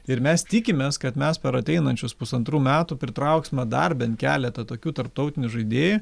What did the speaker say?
ir mes tikimės kad mes per ateinančius pusantrų metų pritrauksime dar bent keletą tokių tarptautinių žaidėjų